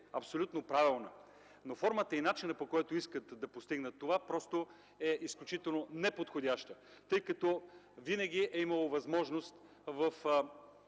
абсолютно правилна, но формата и начинът, по който искат да постигнат това, просто са изключително неподходящи, тъй като винаги е имало възможност в